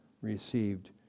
received